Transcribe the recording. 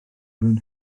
mewn